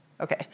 Okay